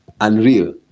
unreal